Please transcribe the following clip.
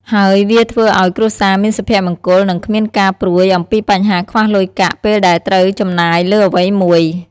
ហើយវាធ្វើឲ្យគ្រួសារមានសុភមង្គលនិងគ្មានការព្រួយអំពីបញ្ហាខ្វះលុយកាក់ពេលដែលត្រូវចំណាយលើអ្វីមួយ។